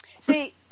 see